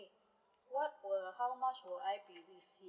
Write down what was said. what were how much will I be receiving